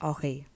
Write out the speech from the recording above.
Okay